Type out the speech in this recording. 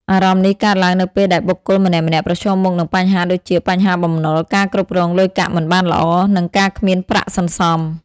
អារម្មណ៍នេះកើតឡើងនៅពេលដែលបុគ្គលម្នាក់ៗប្រឈមមុខនឹងបញ្ហាដូចជា បញ្ហាបំណុល ការគ្រប់គ្រងលុយកាក់មិនបានល្អ និងការគ្មានប្រាក់សន្សំ។